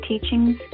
teachings